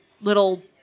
little